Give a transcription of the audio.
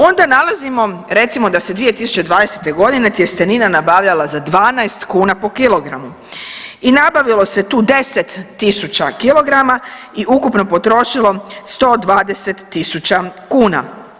Onda nalazimo recimo da se 2020.g. tjestenina nabavljala za 12 kuna po kilogramu i nabavilo se tu 10 tisuća kilograma i ukupno potrošilo 120 tisuća kuna.